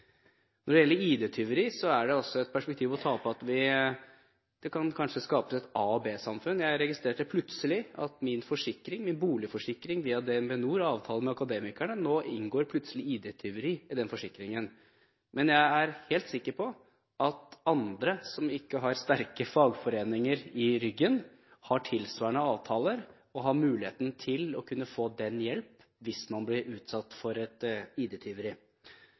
Når det gjelder ID-tyveri, er det også et perspektiv å ta med at det kanskje kan skapes et A-samfunn og et B-samfunn. Jeg registrerte at i min forsikring, min boligforsikring via DNB, som har avtale med Akademikerne, inngår plutselig ID-tyveri. Men jeg er ikke helt sikker på om andre, som ikke har sterke fagforeninger i ryggen, har tilsvarende avtaler og mulighet til å kunne få slik hjelp hvis man blir utsatt for et